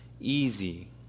easy